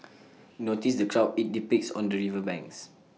notice the crowd IT depicts on the river banks